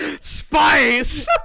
spice